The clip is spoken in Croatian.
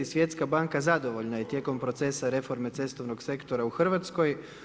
Svjetska banka zadovoljna je tijekom procesa reforme cestovnog sektora u Hrvatskoj.